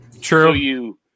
True